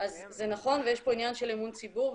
אז זה נכון, ויש פה עניין של אמון הציבור.